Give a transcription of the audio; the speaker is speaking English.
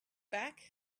back